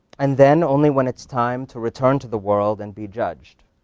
and then, only when it's time to return to the world and be judged.